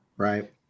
Right